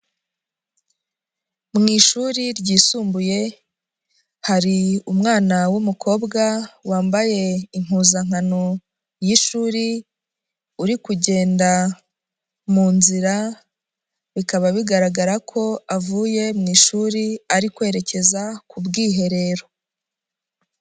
Mu ishuri ryisumbuye, hari umwana w'umukobwa wambaye impuzankano y'ishuri, uri kugenda mu nzira bikaba bigaragara ko avuye mu ishuri, ari kwerekeza ku bwiherero.